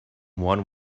one